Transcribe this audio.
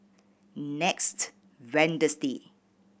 next Wednesday